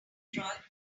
android